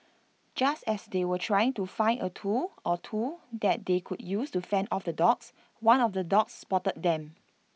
just as they were trying to find A tool or two that they could use to fend off the dogs one of the dogs spotted them